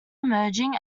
emerging